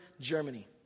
Germany